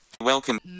Welcome